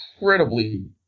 incredibly